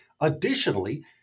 Additionally